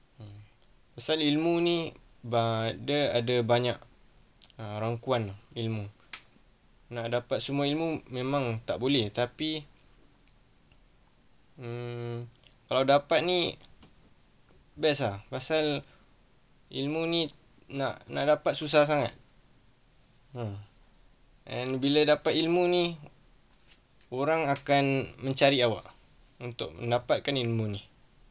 mm pasal ilmu ni but dia ada banyak err rangkuman ilmu nak dapat semua ilmu memang tak boleh tapi hmm kalau dapat ni best ah pasal ilmu ni nak nak dapat susah sangat mm and bila dapat ilmu ni orang akan mencari awak untuk mendapatkan ilmu ni mm